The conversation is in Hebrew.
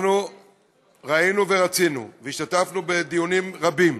אנחנו ראינו ורצינו, והשתתפנו בדיונים רבים,